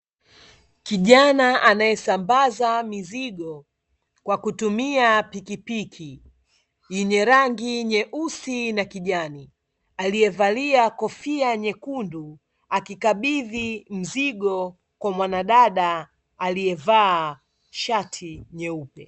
Kijana anayesambaza mizigo kwa kutumia pikipiki yenye rangi nyeusi na kijani, aliyevalia kofia nyekundu, akikabidhi mzigo kwa mwanadada aliyevaa shati nyeupe.